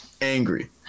angry